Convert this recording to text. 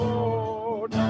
Lord